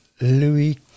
Louis